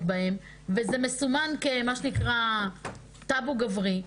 בהם וזה מסומן כמה שנקרא טבו גברי,